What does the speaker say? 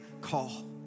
call